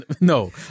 No